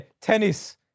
tennis